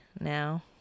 now